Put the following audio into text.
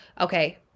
Okay